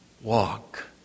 Walk